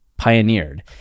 Pioneered